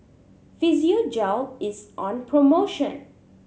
Physiogel is on promotion